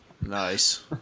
Nice